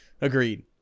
Agreed